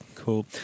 Cool